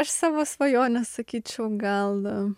aš savo svajonę sakyčiau gal